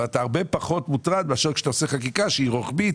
אבל אתה הרבה פחות מוטרד מאשר כשאתה עושה חקיקה שהיא רוחבית